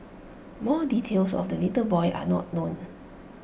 more details of the little boy are not known